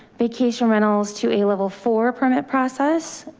vacation rentals to a level four permit process,